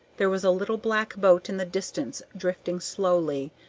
there was a little black boat in the distance drifting slowly,